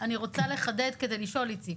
אני רוצה לחדד כדי לשאול, איציק.